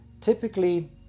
Typically